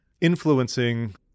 influencing